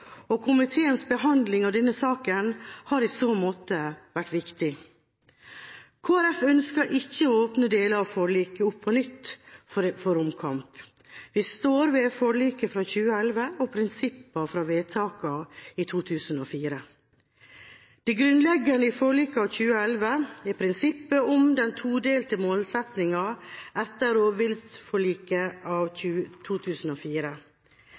og komiteens behandling av denne saken har i så måte vært viktig. Kristelig Folkeparti ønsker ikke å åpne deler av forliket opp på nytt for omkamp. Vi står ved forliket fra 2011 og prinsippene fra vedtakene i 2004. Det grunnleggende i forliket av 2011 er prinsippet om den todelte målsettinga etter rovviltforliket av 2004.